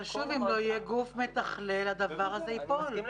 אבל, שוב, אם לא יהיה גוף מתכלל, הדבר הזה ייפול.